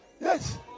Yes